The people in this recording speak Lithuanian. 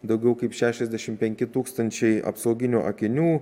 daugiau kaip šešiasdešimt penki tūkstančiai apsauginių akinių